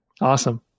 Awesome